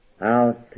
out